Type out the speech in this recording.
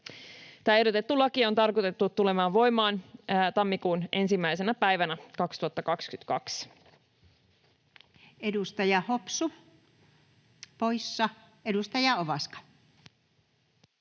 Tämä ehdotettu laki on tarkoitettu tulemaan voimaan tammikuun 1. päivänä 2022.